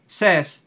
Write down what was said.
says